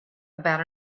about